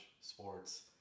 sports